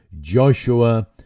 Joshua